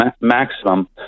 maximum